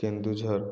Keonjhar